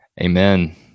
Amen